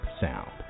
sound